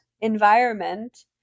environment